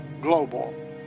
Global